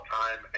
time